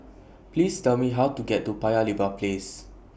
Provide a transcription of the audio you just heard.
Please Tell Me How to get to Paya Lebar Place